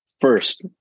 First